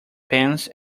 pence